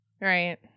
right